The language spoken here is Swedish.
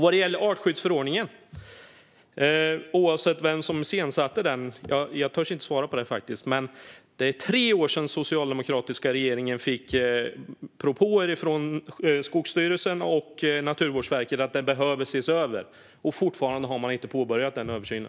Vad gäller artskyddsförordningen och vem som iscensatte den vågar jag inte riktigt svara på det, men det är tre år sedan den socialdemokratiska regeringen fick propåer från Skogsstyrelsen och Naturvårdsverket om att den behöver ses över. Fortfarande har man inte påbörjat den översynen.